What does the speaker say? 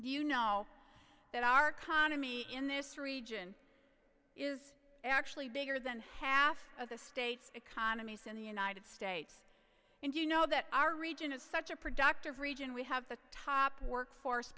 you know that our economy in this region is actually bigger than half of the states economies in the united states and you know that our region is such a productive region we have the top workforce